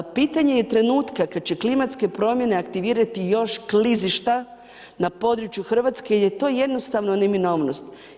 Pitanje je trenutka kada će klimatske promjene aktivirati još klizišta na području Hrvatske jer je to jednostavno neminovnost.